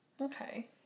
Okay